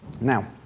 Now